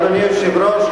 אדוני היושב-ראש,